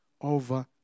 over